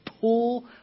pull